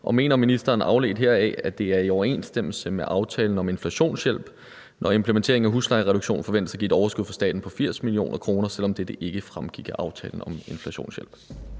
og mener ministeren afledt heraf, at det er i overensstemmelse med aftalen om inflationshjælp, når implementeringen af huslejereduktionen forventes at give et overskud for staten på 80 mio. kr., selv om dette ikke fremgik af aftalen om inflationshjælp?